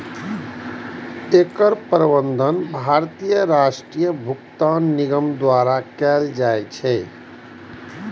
एकर प्रबंधन भारतीय राष्ट्रीय भुगतान निगम द्वारा कैल जाइ छै